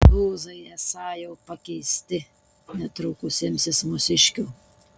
tūzai esą jau pakeisti netrukus imsis mūsiškių